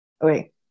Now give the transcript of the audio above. wait